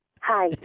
Hi